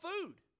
food